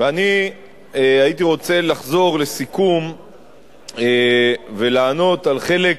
ואני הייתי רוצה לחזור לסיכום ולענות על חלק